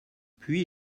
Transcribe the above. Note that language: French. puis